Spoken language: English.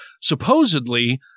supposedly